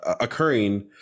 occurring